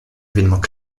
évènements